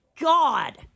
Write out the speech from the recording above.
God